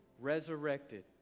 resurrected